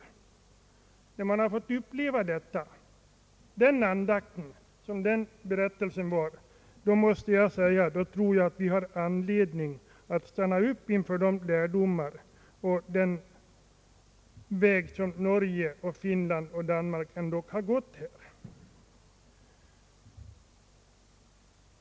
När man fått uppleva denna andakt, måste jag säga att det finns anledning att stanna upp inför de lärdomar som Norge, Finland och Danmark ändå har gett oss.